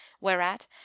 whereat